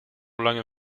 lange